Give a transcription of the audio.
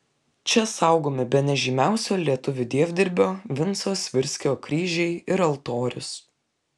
čia saugomi bene žymiausio lietuvių dievdirbio vinco svirskio kryžiai ir altorius